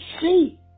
see